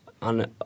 On